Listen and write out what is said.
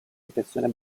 infezione